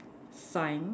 sign